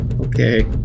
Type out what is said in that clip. Okay